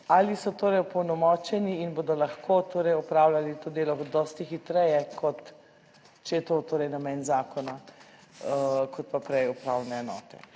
ali so torej opolnomočeni in bodo lahko torej opravljali to delo dosti hitreje, kot, če je to torej namen zakona, kot pa prej upravne enote,